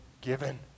given